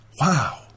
wow